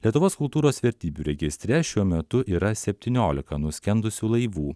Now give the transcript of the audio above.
lietuvos kultūros vertybių registre šiuo metu yra septyniolika nuskendusių laivų